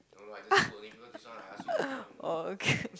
oh okay